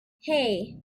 hey